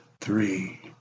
three